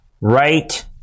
right